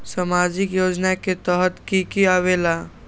समाजिक योजना के तहद कि की आवे ला?